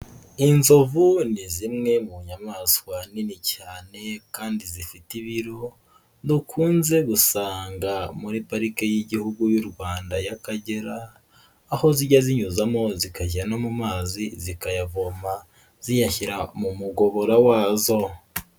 Inzovu ni zimwe mu nyamaswa nini cyane kandi zifite ibiro, dukunze gusanga muri Parike y'Igihugu y'u Rwanda y'Akagera aho zijya zinyuzamo zikajya no mu mazi zikayavoma ziyashyira mu mugobora wazo.